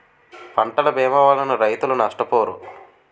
పంటల భీమా వలన రైతులు నష్టపోరు